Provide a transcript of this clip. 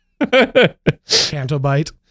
CantoBite